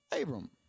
Abram